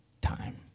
time